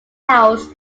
house